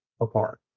apart